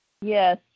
Yes